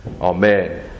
Amen